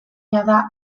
jada